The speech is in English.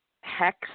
HEX